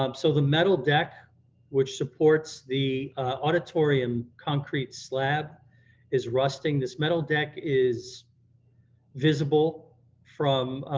um so the metal deck which supports the auditorium concrete slab is rusting, this metal deck is visible from